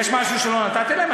יש משהו שלא נתתי להם?